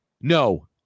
No